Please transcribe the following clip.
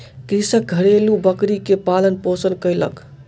कृषक घरेलु बकरी के पालन पोषण कयलक